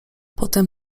potem